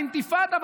על אינתיפאדה,